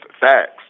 Facts